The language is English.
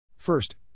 First